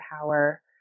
power